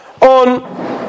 on